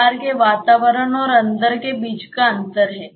बाहर के वातावरण और अंदर के बीच का अंतर है